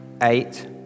eight